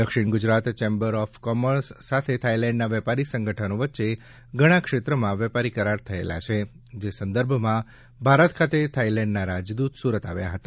દક્ષિણ Gujarat chambers of commerce સાથે થાઇલેન્ડના વેપારી સંગઠનો વચ્ચે ઘણા ક્ષેત્રમાં વેપારી કરાર થયેલા છે જે સંદર્ભમાં ભારત ખાતે થાઇલેન્ડના રાજદૂત સુરત આવ્યા હતા